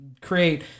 create